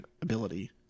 ability